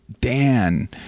Dan